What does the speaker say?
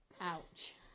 Ouch